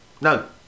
no